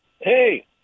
Hey